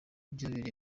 byabereye